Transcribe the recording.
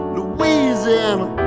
Louisiana